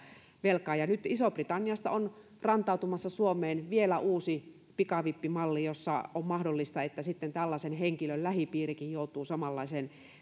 velkaa nyt isosta britanniasta on rantautumassa suomeen vielä uusi pikavippimalli jossa on mahdollista että sitten tällaisen henkilön lähipiirikin joutuu samanlaiseen